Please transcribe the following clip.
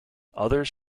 others